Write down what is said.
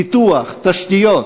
הפיתוח והתשתיות.